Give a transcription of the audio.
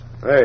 Hey